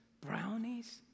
brownies